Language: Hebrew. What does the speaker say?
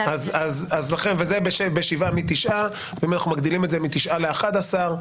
אנחנו מגדילים את זה מתשעה ל-11,